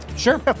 Sure